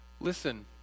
listen